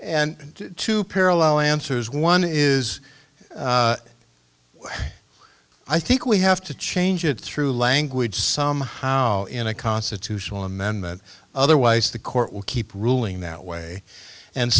and two parallel answers one is i think we have to change it through language somehow in a constitutional amendment otherwise the court will keep ruling that way and